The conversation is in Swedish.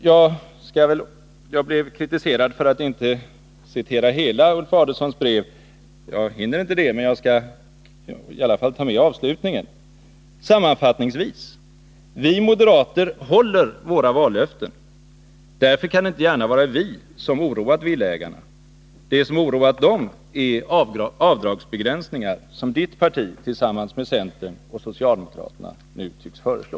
Birgit Friggebo kritiserade mig för att jag inte läste upp hela Ulf Adelsohns brev. Jag hinner inte göra det nu, men jag skall läsa upp vad han skriver som avslutning: ”Sammanfattningsvis: Vi moderater håller våra vallöften. Därför kan det inte gärna vara vi som oroat villaägarna. Det som oroat dem är de avdragsbegränsningar, som Ditt parti tillsammans med centern och socialdemokraterna nu tycks föreslå.”